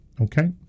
okay